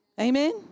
Amen